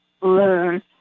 learn